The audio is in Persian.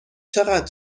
چقدر